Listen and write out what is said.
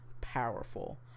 powerful